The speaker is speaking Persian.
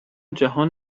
جهان